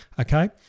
okay